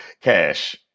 cash